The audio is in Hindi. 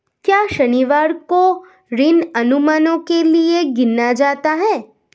क्या शनिवार को ऋण अनुमानों के लिए गिना जाता है?